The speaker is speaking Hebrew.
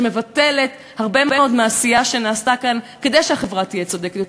שמבטלת הרבה מאוד מהעשייה שנעשתה כאן כדי שהחברה תהיה צודקת יותר,